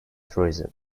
tourism